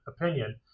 opinion